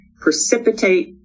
precipitate